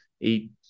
eight